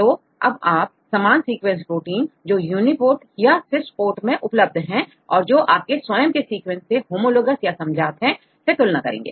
तो अब आप समान सीक्वेंस प्रोटीन जो Uniprot या Swiss prot मैं उपलब्ध है और जो आपके स्वयं के सीक्वेंस से होमोलोगाउज या समजात है से तुलना करेंगे